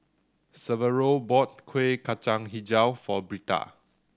Severo bought Kueh Kacang Hijau for Britta